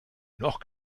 noch